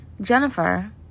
Jennifer